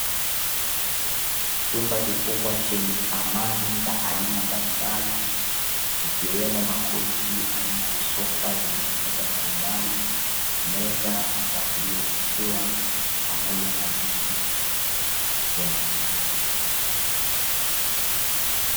Chumba kikubwa chenye samani za aina mbalimbali ikiwemo: makochi aina ya sofa yenye ukubwa mbalimbali, meza za kulia chakula pamoja na viti vyake.